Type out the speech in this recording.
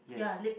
yes